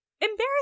embarrassed